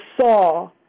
saw